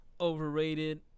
overrated